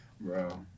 Bro